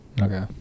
Okay